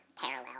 parallel